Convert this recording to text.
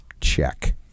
check